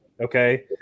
Okay